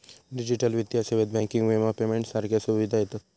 digital वित्तीय सेवेत banking, विमा, पेमेंट सारख्या सुविधा येतत